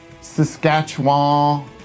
Saskatchewan